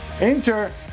Inter